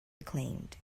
reclaimed